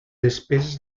despeses